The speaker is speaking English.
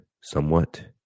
somewhat